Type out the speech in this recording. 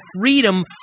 freedom